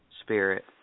spirit